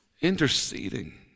Interceding